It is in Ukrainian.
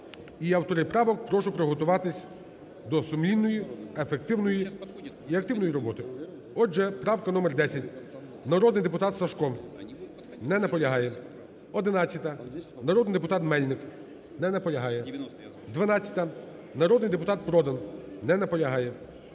І автори правок прошу приготуватись до сумлінної, ефективної і активної роботи. Отже, правка номер 10, народний депутат Сажко. Не наполягає. 11-а, народний депутат Мельник. Не наполягає. 12-а, народний депутат Продан. Не наполягає.